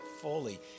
fully